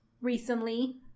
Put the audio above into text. Recently